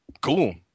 cool